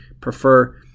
prefer